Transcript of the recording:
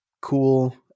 cool